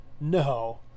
No